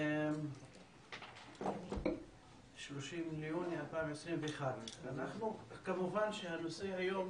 30 ביוני 2021. הנושא היום,